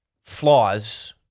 flaws